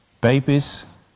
Babies